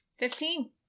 Fifteen